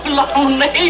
lonely